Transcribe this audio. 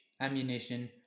ammunition